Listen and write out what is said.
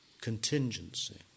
Contingency